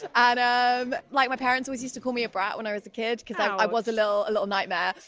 ah and then um like my parents which is to call me a brat when i was a kid because i was a little a little nightmare.